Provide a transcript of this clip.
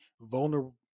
vulnerable